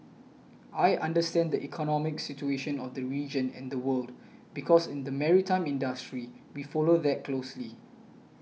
I understand the economic situation of the region and the world because in the maritime industry we follow that closely